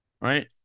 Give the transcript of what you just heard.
Right